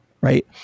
Right